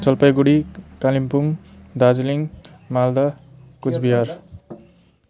Jalpaiguri Kalimpong Darjeeling Malda Cooch Bihar